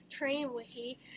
Trainwiki